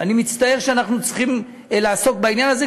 ואני מצטער שאנחנו צריכים לעסוק בעניין הזה,